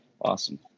awesome